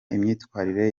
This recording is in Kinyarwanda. imyitwarire